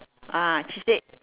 ah she said